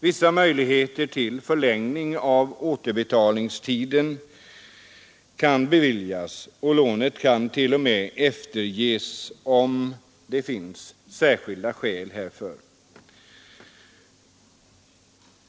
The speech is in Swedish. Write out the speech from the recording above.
Vissa möjligheter finns att en förlängning av återbetalningstiden kan beviljas. Och lånen kan t.o.m. efterges om det finns särskilda skäl härför.